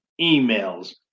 emails